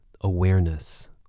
awareness